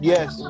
Yes